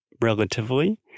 relatively